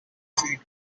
defeat